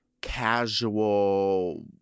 casual